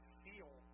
feel